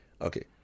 Okay